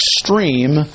extreme